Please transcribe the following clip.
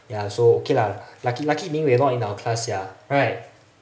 ya so okay lah lucky lucky ming wei not in our class sia right